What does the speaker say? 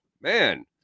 Man